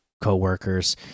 co-workers